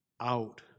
out